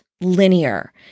linear